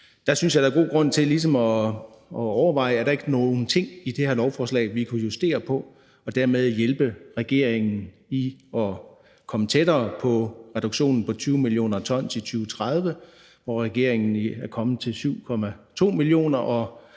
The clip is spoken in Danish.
der er god grund til ligesom at overveje, om der ikke er nogle ting i det her lovforslag, vi kunne justere på og dermed hjælpe regeringen til at komme tættere på reduktionen på 20 mio. t i 2030. Regeringen er kommet til 7,2 mio.